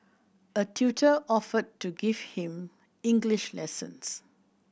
a tutor offered to give him English lessons